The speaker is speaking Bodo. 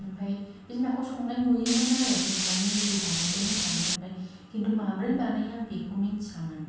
ओमफाय बिमाखौ संनाय नुयोमोन आरो जेनबा मेगि बानायदों होननानै ओमफाय खिन्थु माब्रै बानायो आं बेखौ मिनथियामोन